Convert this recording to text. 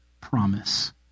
promise